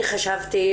אני חשבתי,